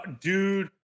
dude